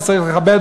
שצריך לכבד,